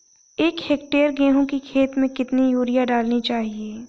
एक हेक्टेयर गेहूँ की खेत में कितनी यूरिया डालनी चाहिए?